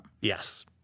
Yes